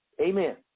Amen